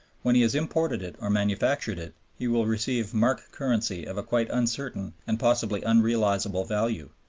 when he has imported it or manufactured it, he will receive mark currency of a quite uncertain and possibly unrealizable value.